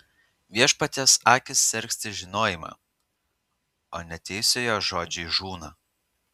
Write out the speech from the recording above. viešpaties akys sergsti žinojimą o neteisiojo žodžiai žūna